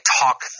talk